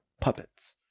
puppets